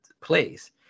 place